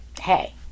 hey